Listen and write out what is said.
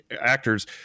actors